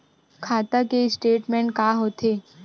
खाता के स्टेटमेंट का होथे?